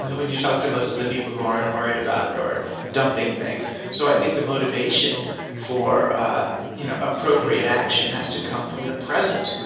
when you talk to most of the people who aren't worried about it or are dumping things. so i think the motivation for ah you know appropriate action has to come from the present.